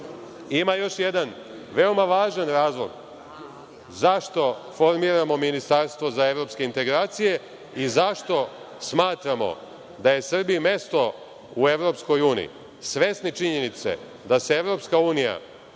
još jedan, veoma važan, razlog zašto formiramo ministarstvo za evropske integracije i zašto smatramo da je Srbiji mesto u Evropskoj uniji, svesni činjenice da se Evropska unija